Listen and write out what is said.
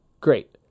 Great